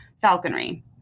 Falconry